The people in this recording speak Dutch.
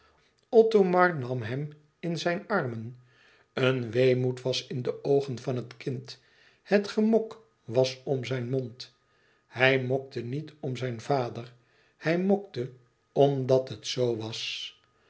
othomar nam hem in zijn armen een weemoed was in de oogen van het kind het gemok was om zijn mond hij mokte niet om zijn vader hij mokte omdat het zoo was